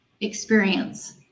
experience